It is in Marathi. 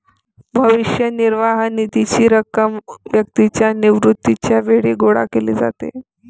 भविष्य निर्वाह निधीची रक्कम व्यक्तीच्या निवृत्तीच्या वेळी गोळा केली जाते